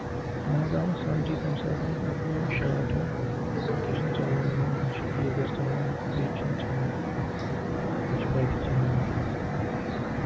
تہِ نہَ حظ آو نہٕ سَمجھٕے تَمہِ ساتہٕ اَتھ گوٚو یِہَے شاٹ ہیٛوٗ ؤنکٮ۪س چھُنہٕ چَلٲنی حظ نہَ چھُ گیٖزر چلان نہَ فریج چھُنہٕ چَلان نہَ چھِ بَتہِ چَلان حظ